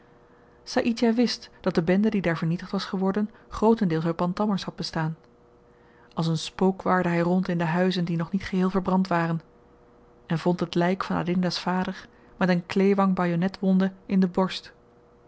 saïdjah wist dat de bende die daar vernietigd was geworden grootendeels uit bantammers had bestaan als een spook waarde hy rond in de huizen die nog niet geheel verbrand waren en vond het lyk van adinda's vader met een klewang bajonetwonde in de borst